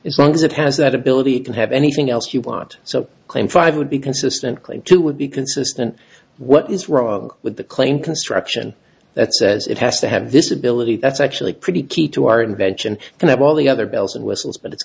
as long as it has that ability to have anything else you want so claim five would be consistently two would be consistent what is wrong with the claim construction that says it has to have this ability that's actually pretty key to our invention and that all the other bells and whistles but it's